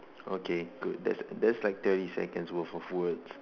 okay good that's that's like thirty seconds worth of words